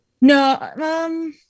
No